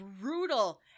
brutal